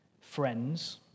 friends